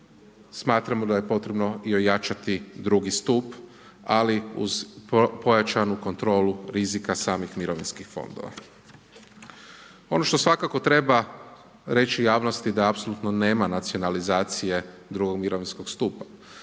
smatramo da je potrebno i ojačati drugi stup, ali pojačanu kontrolu rizika samih mirovinskih fondova. Ono što svakako treba reći javnosti da apsolutno nema nacionalizacije drugog mirovinskog stupa.